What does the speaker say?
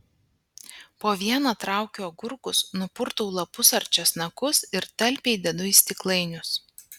po vieną traukiu agurkus nupurtau lapus ar česnakus ir talpiai dedu į stiklainius